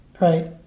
Right